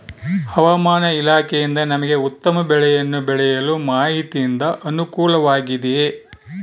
ಹವಮಾನ ಇಲಾಖೆಯಿಂದ ನಮಗೆ ಉತ್ತಮ ಬೆಳೆಯನ್ನು ಬೆಳೆಯಲು ಮಾಹಿತಿಯಿಂದ ಅನುಕೂಲವಾಗಿದೆಯೆ?